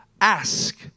Ask